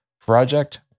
Project